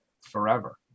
forever